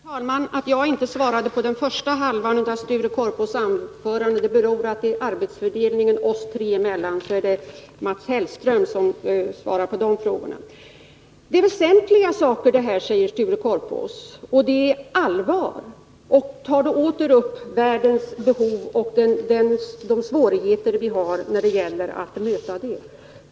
Herr talman! Att jag inte har svarat på den första halvan av Sture Korpås anförande beror på arbetsfördelningen oss tre socialdemokrater emellan; det är nämligen Mats Hellström som svarar på de frågorna. Det här är väsentliga saker, säger Sture Korpås, och det är allvar. Så tar han åter upp världens behov och de svårigheter vi har att möta när det gäller dem.